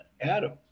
Adam